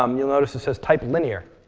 um you'll notice it says type linear.